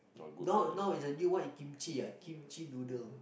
now now is a new one kimchi ah kimchi noodle